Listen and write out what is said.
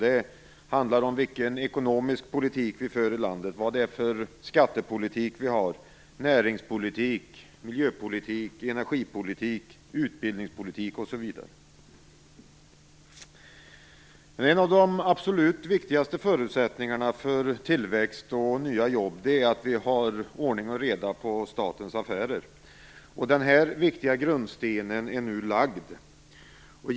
Det handlar om vilken ekonomisk politik vi för i landet, vilken skattepolitik, näringspolitik, miljöpolitik, energipolitik och utbildningspolitik vi har osv. En av de absolut viktigaste förutsättningarna för tillväxt och nya jobb är att vi har ordning och reda i statens affärer. Den här viktiga grundstenen är nu lagd.